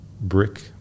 brick